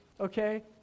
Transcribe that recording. okay